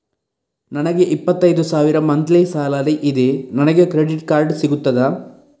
ನನಗೆ ಇಪ್ಪತ್ತೈದು ಸಾವಿರ ಮಂತ್ಲಿ ಸಾಲರಿ ಇದೆ, ನನಗೆ ಕ್ರೆಡಿಟ್ ಕಾರ್ಡ್ ಸಿಗುತ್ತದಾ?